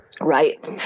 right